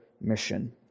mission